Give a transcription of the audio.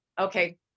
Okay